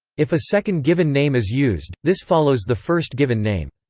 if a second given name is used, this follows the first given name.